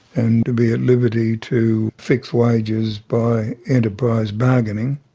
and to be at liberty to fix wages by enterprise bargaining.